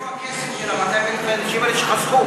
איפה הכסף של האנשים האלה שחסכו?